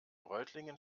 reutlingen